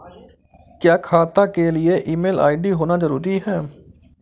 क्या खाता के लिए ईमेल आई.डी होना जरूरी है?